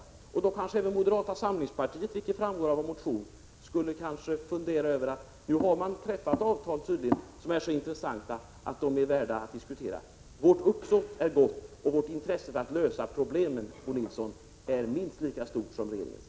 Då kommer kanske också moderaterna — vilket framgår av vår motion — att tänka att det tydligen har träffats avtal som är så intressanta att de är värda att diskuteras. Vårt uppsåt är gott, och vårt intresse av att lösa problemen är, Bo Nilsson, minst lika stort som regeringens.